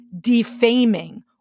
defaming